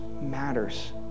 matters